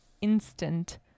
instant